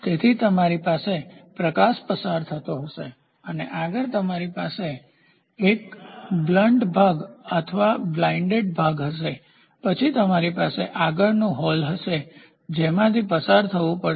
તેથી તમારી પાસે પ્રકાશ પસાર થતો હશે અને આગળ તમારી પાસે એક બ્લન્ટઅસ્પષ્ટ ભાગ અથવા બ્લાઇન્ડઅંધ ભાગ હશે પછી તમારી પાસે આગળનું હોલછિદ્ર હશે જેમાંથી પસાર થવું પડશે